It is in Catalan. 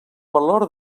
valor